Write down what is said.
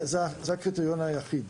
זה הקריטריון היחיד.